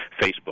Facebook